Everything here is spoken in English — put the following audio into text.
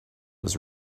was